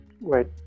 Wait